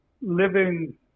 living